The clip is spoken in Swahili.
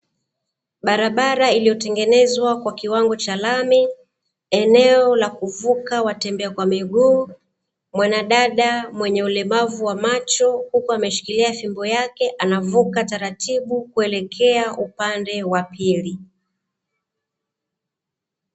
Barabara iliyotengenezwa kwa kiwango cha lami, eneo la kuvuka watembea kwa miguu, mwanadada mwenye ulemavu wa macho huku ameshikilia fimbo yake, anavuka taratibu kuelekea upande wa pili.